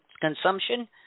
consumption